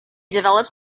developed